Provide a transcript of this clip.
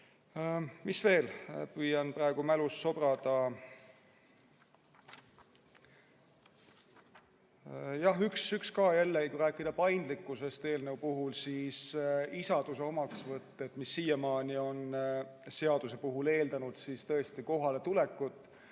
Mis veel? Püüan praegu mälus sobrada. Jah, üks asi veel. Kui rääkida paindlikkusest eelnõu puhul, siis isaduse omaksvõtuks, mis siiamaani on seaduse puhul eeldanud tõesti kohaletulekut,